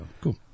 cool